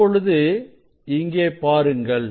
இப்பொழுது இங்கே பாருங்கள்